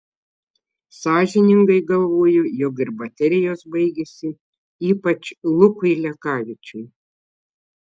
sąžiningai galvoju jog ir baterijos baigėsi ypač lukui lekavičiui